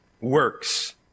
works